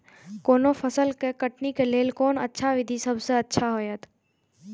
कोनो फसल के कटनी के लेल कोन अच्छा विधि सबसँ अच्छा होयत?